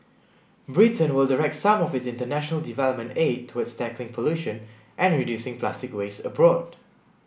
Britain will direct some of its international development aid towards tackling pollution and reducing plastic waste abroad